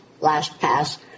LastPass